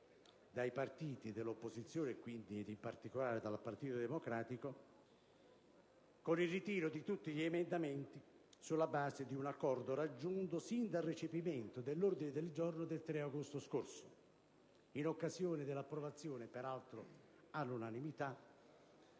dai partiti dell'opposizione, e quindi in particolare dal Partito Democratico, con il ritiro di tutti gli emendamenti sulla base di un accordo raggiunto sin dal recepimento dell'ordine del giorno del 3 agosto scorso, in occasione della approvazione, peraltro all'unanimità,